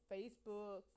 Facebook